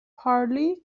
پارلی